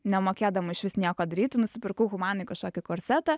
nemokėdama išvis nieko daryti nusipirkau humanoj kažkokį korsetą